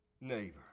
neighbor